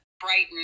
brighten